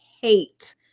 hate